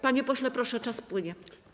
Panie pośle, proszę, czas płynie.